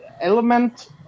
Element